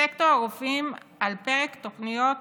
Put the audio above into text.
בסקטור הרופאים, על הפרק תוכניות